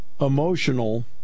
emotional